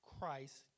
Christ